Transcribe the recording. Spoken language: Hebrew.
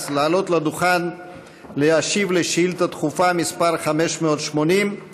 לעלות לדוכן להשיב על שאילתה דחופה מס' 580,